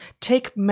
take